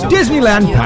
Disneyland